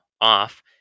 off